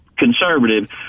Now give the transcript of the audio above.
conservative